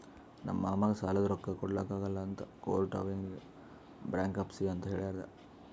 ನಮ್ ಮಾಮಾಗ್ ಸಾಲಾದ್ ರೊಕ್ಕಾ ಕೊಡ್ಲಾಕ್ ಆಗಲ್ಲ ಅಂತ ಕೋರ್ಟ್ ಅವ್ನಿಗ್ ಬ್ಯಾಂಕ್ರಪ್ಸಿ ಅಂತ್ ಹೇಳ್ಯಾದ್